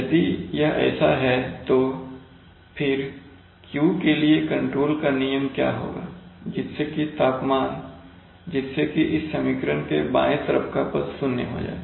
यदि यह ऐसा है तो फिर Q के लिए कंट्रोल का नियम क्या होगा जिससे कि तापमान जिससे कि इस समीकरण के बाएं तरफ का पद 0 हो जाए